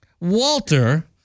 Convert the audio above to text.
Walter